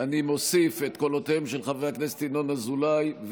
אני מוסיף את קולה של חברת הכנסת עאידה תומא סלימאן,